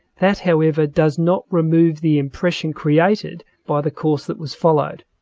that however does not remove the impression created by the course that was followed.